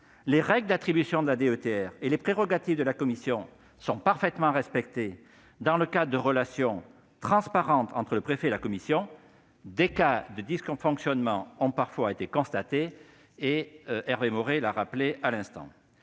les règles d'attribution de la DETR et les prérogatives de la commission sont parfaitement respectées, dans le cadre de relations transparentes entre le préfet et la commission des élus, des cas de dysfonctionnement ont parfois été constatés. C'est pourquoi je partage